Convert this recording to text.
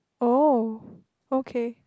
oh okay